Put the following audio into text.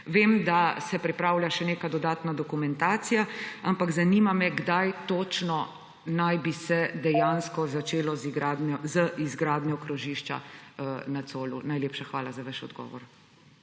Vem, da se pripravlja še neka dodatna dokumentacija Zanima me: Kdaj točno naj bi se dejansko začelo z izgradnjo krožišča na Colu? Najlepša hvala za vaš odgovor.